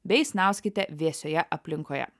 bei snauskite vėsioje aplinkoje